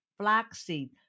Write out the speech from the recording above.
flaxseed